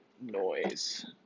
noise